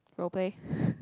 role play oh okay